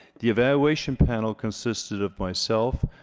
the evaluation panel consisted of myself